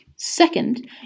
Second